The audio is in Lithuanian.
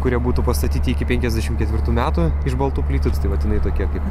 kurie būtų pastatyti iki penkiasdešimt ketvirtų metų iš baltų plytų tai vat jinai tokia kaip